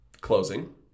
closing